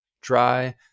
dry